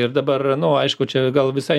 ir dabar nu aišku čia gal visai